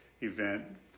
event